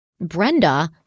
Brenda